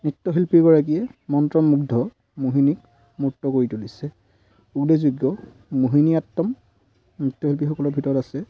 নৃত্যশিল্পীগৰাকীয়ে মন্ত্ৰমুগ্ধ মোহিনীক মত্ত কৰি তুলিছে উদেশযোগ্য মোহিনীঅট্টম নৃত্যশিল্পীসকলৰ ভিতৰত আছে